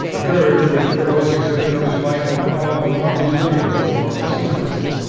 the courage which girls exhibit is like a battle of lundy's lane, or a sea-fight.